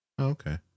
Okay